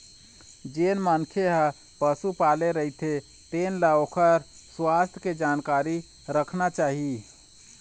जेन मनखे ह पशु पाले रहिथे तेन ल ओखर सुवास्थ के जानकारी राखना चाही